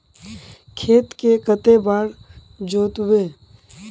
खेत के कते बार जोतबे?